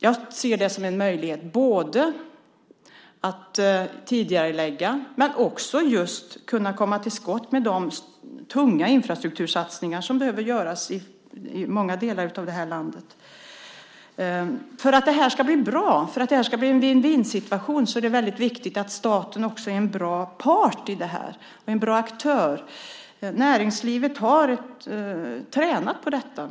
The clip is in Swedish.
Jag ser detta som en möjlighet både att tidigarelägga och att kunna komma till skott med de tunga infrastruktursatsningar som behöver göras i många delar av landet. För att det här ska bli bra, för att det ska bli en vinn-vinn-situation, är det väldigt viktigt att staten är en bra part och aktör i detta. Näringslivet har tränat på detta.